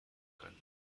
können